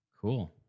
Cool